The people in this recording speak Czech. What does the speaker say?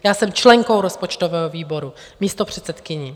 Já jsem členkou rozpočtového výboru, místopředsedkyní.